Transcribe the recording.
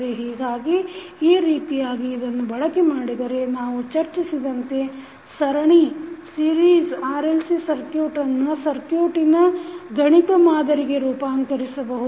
ಹೀಗಾಗಿ ಈ ರೀತಿಯಾಗಿ ಇದನ್ನು ಬಳಕೆ ಮಾಡಿದರೆ ನಾವು ಚರ್ಚಿಸಿದಂತೆ ಸರಣಿ RLC ಸರ್ಕುಟನ್ನು ಸರ್ಕ್ಯುಟಿನ ಗಣಿತ ಮಾದರಿಗೆ ರೂಪಾಂತರಿಸಬಹುದು